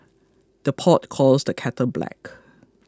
the pot calls the kettle black